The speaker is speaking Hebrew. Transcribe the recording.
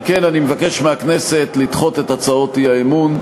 על כן אני מבקש מהכנסת לדחות את הצעות האי-אמון.